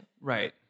Right